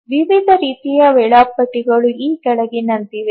ವಿವಿಧ ರೀತಿಯ ವೇಳಾಪಟ್ಟಿಗಳು ಈ ಕೆಳಗಿನಂತಿವೆ